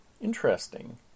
Interesting